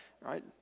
right